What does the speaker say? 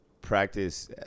practice